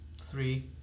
three